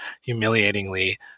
humiliatingly